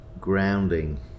grounding